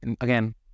Again